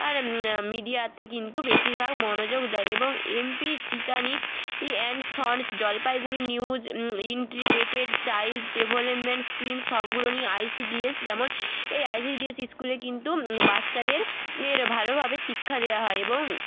আর মিডিয়াতে কিন্তু বেশিরভাগ মনোযোগ দেয় এবং এমপি সিটানি ই and sons Jalpaiguri news integrated child development schemes সবগুলো নিয়ে আইসিডিএস যেমন এই আইসিডিএস স্কুলে কিন্তু বাচ্চাদের এর ভালোভাবে শিক্ষা দেওয়া হয় এবং